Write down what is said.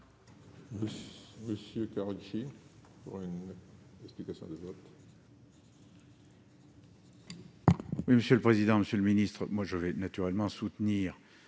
Monsieur Karoutchi pour une explication de vote.